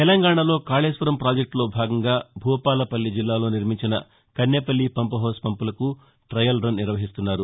తెలంగాణలో కాళేశ్వరం ప్రాజెక్టులో భాగంగా భూపాలపల్లి జిల్లాలో నిర్మించిన కన్నెపల్లి పంఫుహౌస్ పంపులకు ట్రయల్రన్ నిర్వహిస్తున్నారు